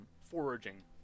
foraging